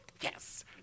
Yes